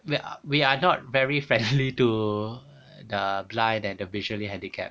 we are we are not very friendly to the blind and the visually handicapped